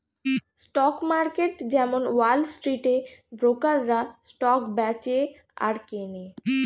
stock market যেমন Wall স্ট্রিটে ব্রোকাররা স্টক বেচে আর কেনে